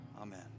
Amen